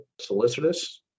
solicitous